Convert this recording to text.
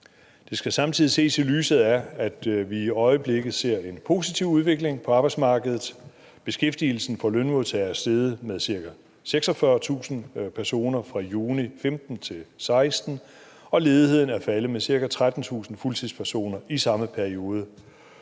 Det skal samtidig ses i lyset af, at vi i øjeblikket ser en positiv udvikling på arbejdsmarkedet. Beskæftigelsen for lønmodtagere er steget med cirka 46.000 personer fra juni 2015 til juni 2016, og ledigheden er faldet med cirka 13.000 fuldtidspersoner i samme periode.